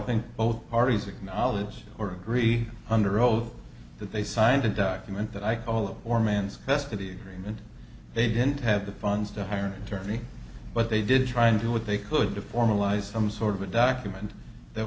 think both parties acknowledge or agree under oath that they signed a document that i call or man's custody agreement they didn't have the funds to hire an attorney but they did try and do what they could to formalize some sort of a document that